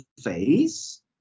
phase